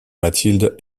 mathilde